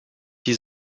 die